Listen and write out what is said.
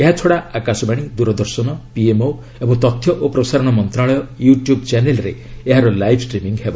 ଏହାଛଡ଼ା ଆକାଶବାଣୀ ଦୂରଦର୍ଶନ ପିଏମ୍ଓ ଏବଂ ତଥ୍ୟ ଓ ପ୍ରସାରଣ ମନ୍ତ୍ରଣାଳୟ ୟୁ ଟ୍ୟୁବ୍ ଚ୍ୟାନେଲ୍ରେ ଏହାର ଲାଇଭ୍ ଷ୍ଟ୍ରିମିଙ୍ଗ୍ ହେବ